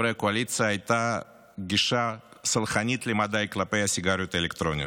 הייתה גישה סלחנית למדי מצד חברי קואליציה כלפי הסיגריות האלקטרוניות.